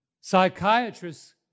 Psychiatrists